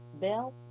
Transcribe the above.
Bell